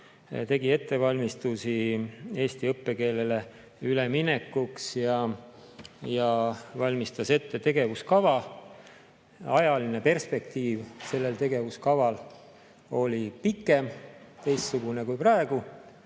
tegi ettevalmistusi eesti õppekeelele üleminekuks ja valmistas ette tegevuskava. Ajaline perspektiiv sellel tegevuskaval oli pikem, teistsugune kui praegu.